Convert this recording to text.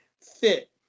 fit